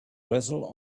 wrestle